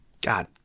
God